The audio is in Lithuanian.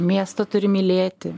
miestą turi mylėti